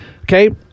Okay